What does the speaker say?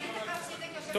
אני תקפתי את זה כיושבת-ראש.